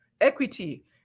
Equity